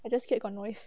I just scared got noise